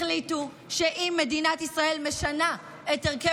החליטו שאם מדינת ישראל משנה את הרכב